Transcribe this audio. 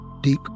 Deep